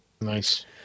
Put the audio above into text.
Nice